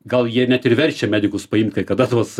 gal jie net ir verčia medikus paimt kai kada tuos